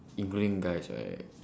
including guys right